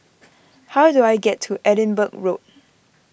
how do I get to Edinburgh Road